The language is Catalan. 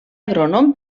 agrònom